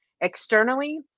externally